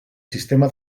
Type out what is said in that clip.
sistema